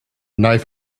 knife